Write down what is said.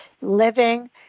living